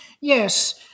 Yes